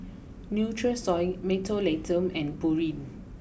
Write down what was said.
Nutrisoy Mentholatum and Pureen